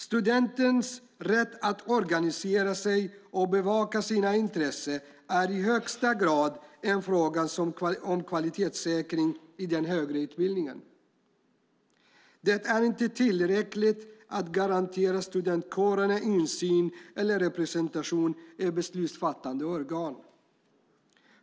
Studentens rätt att organisera sig och bevaka sina intressen är i högsta grad en fråga om kvalitetssäkring i den högre utbildningen. Det är inte tillräckligt att garantera studentkårerna insyn eller representation i beslutsfattande organ.